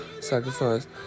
Sacrifice